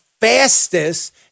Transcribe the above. fastest